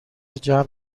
جمع